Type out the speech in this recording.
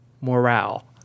morale